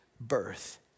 birth